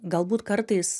galbūt kartais